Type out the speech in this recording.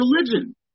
religion